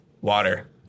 water